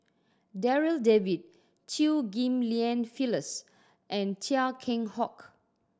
Darryl David Chew Ghim Lian Phyllis and Chia Keng Hock